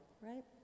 right